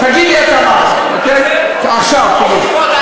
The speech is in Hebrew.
אתה יודע מה?